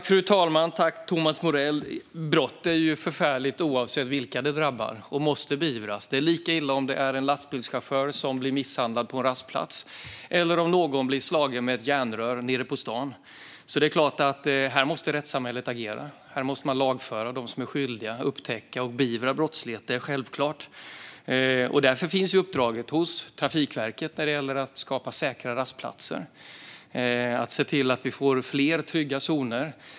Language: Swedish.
Fru talman! Brott är ju förfärligt, oavsett vilka som drabbas, och måste beivras. Det är lika illa om en lastbilschaufför blir misshandlad på en rastplats som det är om någon blir slagen med ett järnrör nere på stan. Självklart måste alltså rättssamhället agera. Man måste lagföra dem som är skyldiga, och man måste upptäcka och beivra brottslighet; det är självklart. Därför finns det ett uppdrag hos Trafikverket att skapa säkra rastplatser och se till att vi får fler trygga zoner.